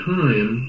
time